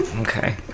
Okay